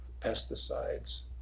pesticides